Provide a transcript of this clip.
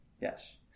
Yes